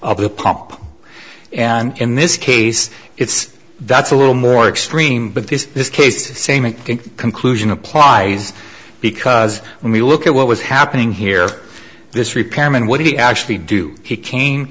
of the pump and in this case it's that's a little more extreme but this this case the same conclusion applies because when we look at what was happening here this repairman what he actually do he came